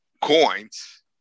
coins